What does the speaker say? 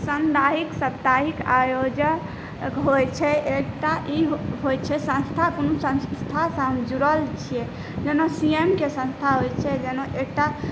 सामुदायिक साप्ताहिक आयोजन होइ छै एकटा ई होइ छै संस्था कोनो संस्थासँ हम जुड़ल छिए जेना सी एन के संस्था होइ छै जेना एकटा